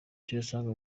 tuyasanga